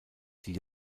die